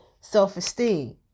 self-esteem